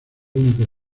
único